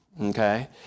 okay